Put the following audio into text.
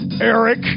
Eric